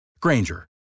Granger